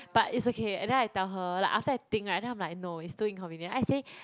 but is okay and then I tell her like after I think right then I'm like no it's too inconvenient then I say